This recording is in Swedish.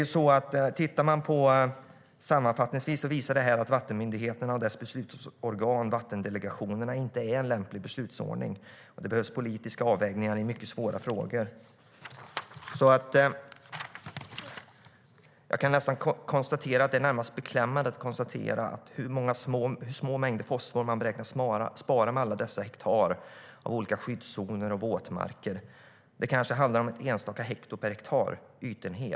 Jag köper inte det. Sammanfattningsvis visar detta att vattenmyndigheterna och dess beslutsorgan vattendelegationerna inte är en lämplig beslutsordning. Det behövs poliska avvägningar i mycket svåra frågor. Det är närmast beklämmande att behöva konstatera hur små mängder fosfor man beräknas spara med alla dessa hektar av olika skyddszoner och våtmarker. Det kanske handlar om något enstaka hekto per hektar ytenhet.